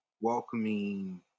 welcoming